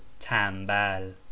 tambal